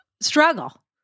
struggle